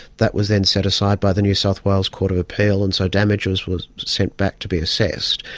that was then set aside by the new south wales court of appeal, and so damages was sent back to be assessed.